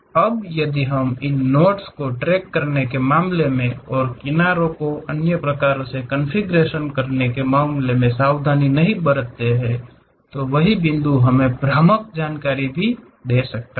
अब यदि हम इन नोड्स को ट्रैक करने के मामले और कोने किनारों और अन्य प्रकार के कॉन्फ़िगरेशन में सावधान नहीं हैं वही बिंदु हमें भ्रामक जानकारी भी दे सकते हैं